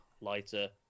lighter